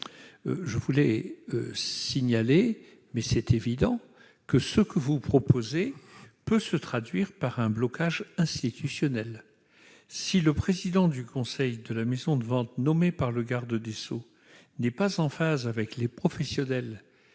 je voulais signaler mais c'est évident que ce que vous proposez, peut se traduire par un blocage institutionnel, si le président du conseil de la maison de vente nommés par le garde des Sceaux n'est pas en phase avec les professionnels